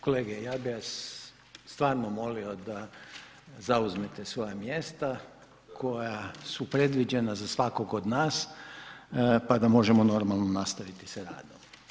Kolege ja bih vas stvarno molio da zauzmete svoja mjesta koja su predviđena za svakog od nas pa da možemo normalno nastaviti sa radom.